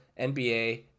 NBA